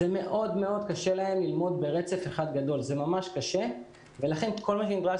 זה מאוד קשה ללמוד ברצף זמן רב ולכן כל מה שנדרש